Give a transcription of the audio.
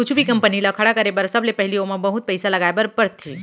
कुछु भी कंपनी ल खड़ा करे बर सबले पहिली ओमा बहुत पइसा लगाए बर परथे